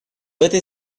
этой